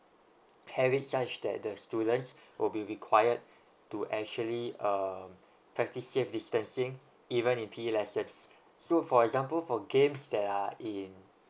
have it such that the students will be required to actually um practice safe distancing even in P_E lessons so for example for games that are in